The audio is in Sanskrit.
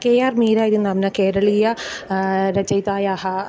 के आर् मीरा इति नाम्ना केरळीय रचयितायाः